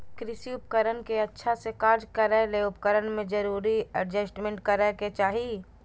कृषि उपकरण के अच्छा से कार्य करै ले उपकरण में जरूरी एडजस्टमेंट करै के चाही